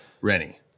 Rennie